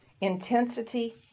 intensity